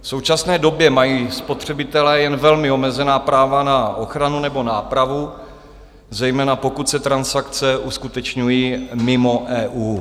V současné době mají spotřebitelé jen velmi omezená práva na ochranu nebo nápravu, zejména pokud se transakce uskutečňují mimo EU.